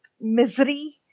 misery